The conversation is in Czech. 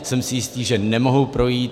Jsem si jistý, že nemohou projít.